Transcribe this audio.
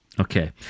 Okay